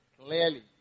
Clearly